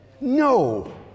No